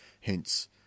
Hence